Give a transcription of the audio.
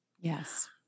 Yes